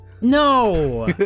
No